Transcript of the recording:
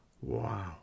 Wow